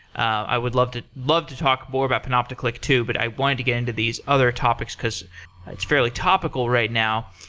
i would love to love to talk more about panopticlick too, but i wanted to get into these other topics, because it's fairly topical right now.